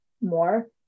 more